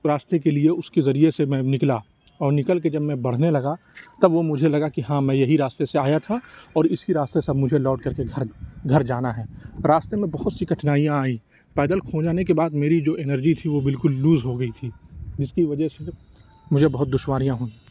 راستے کے لیے اُس کے ذریعے سے میں نکلا اور نکل کے جب میں بڑھنے لگا تب وہ مجھے لگا کہ ہاں میں یہی راستے سے آیا تھا اور اِسی راستے سے اب مجھے لوٹ کر کے گھر گھر جانا ہے راستے میں بہت سی کٹھینائیاں آئیں پیدل کھو جانے کے بعد میری جو انرجی تھی وہ بالکل لوز ہو گئی تھی جس کی وجہ سے مجھے بہت دشواریاں ہوئیں